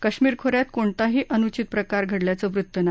कश्मिर खो यात कोणत्याही अनुचित प्रकार घडल्याच वृत्त नाही